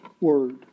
word